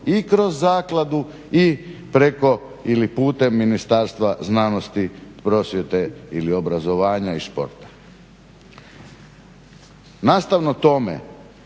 i kroz zakladu i preko ili putem Ministarstvo znanosti, prosvjete ili obrazovanja i športa. Nastavno tome